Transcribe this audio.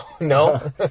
No